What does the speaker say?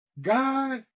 God